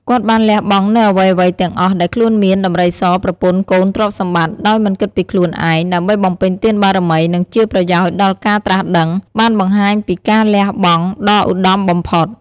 គាត់បានលះបង់នូវអ្វីៗទាំងអស់ដែលខ្លួនមាន ដំរីស ប្រពន្ធ កូន ទ្រព្យសម្បត្តិ ដោយមិនគិតពីខ្លួនឯង ដើម្បីបំពេញទានបារមី និងជាប្រយោជន៍ដល់ការត្រាស់ដឹង បានបង្ហាញពីការលះបង់ដ៏ឧត្តមបំផុត។